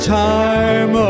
time